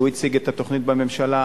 שהוא הציג את התוכנית בממשלה,